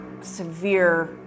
severe